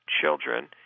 children